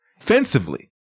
Offensively